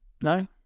No